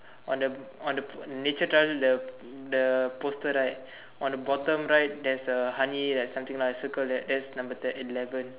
on the on the nature trail the the poster right on the bottom right there's a honey that something lah I circle that that's number ten eleven